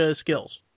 skills